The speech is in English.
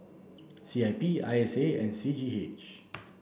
C I P I S A and C G H